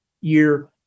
year